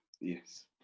yes